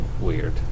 weird